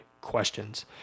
questions